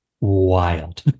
wild